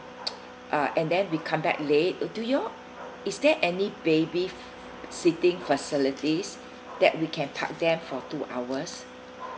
uh and then we come back late do you all is there any baby sitting facilities that we can park them for two hours